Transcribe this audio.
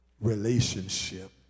relationship